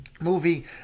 movie